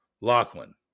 Lachlan